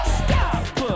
stop